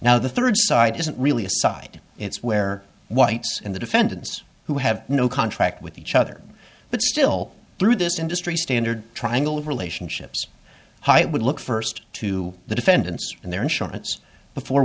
now the third side isn't really a side it's where whites and the defendants who have no contract with each other but still through this industry standard triangle of relationships height would look first to the defendants and their insurance before